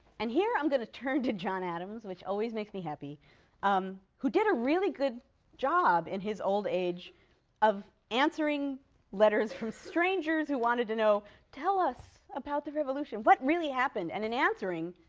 and here i'm going to turn to john adams, which always makes me happy um who did a really good job in his old age of answering letters from strangers who wanted to know tell us about the revolution. what really happened and in answering,